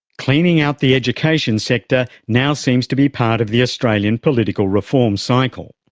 cleaning out the education sector now seems to be part of the australian political reform cycle.